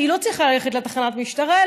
היא לא צריכה ללכת לתחנת המשטרה,